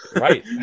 Right